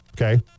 Okay